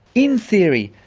in theory,